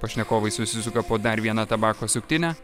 pašnekovai susisuka po dar viena tabako suktinę